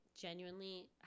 genuinely